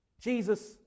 Jesus